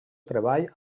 treball